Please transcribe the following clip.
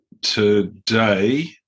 today